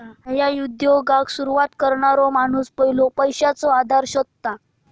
नया उद्योगाक सुरवात करणारो माणूस पयलो पैशाचो आधार शोधता